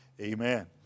amen